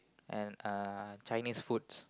and uh Chinese foods